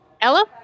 Ella